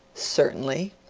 certainly.